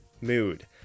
Mood